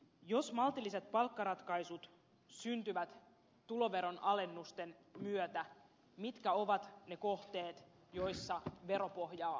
jos maltilliset palkkaratkaisut syntyvät tuloveronalennusten myötä mitkä ovat ne kohteet joissa veropohjaa vahvistetaan